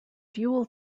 fuel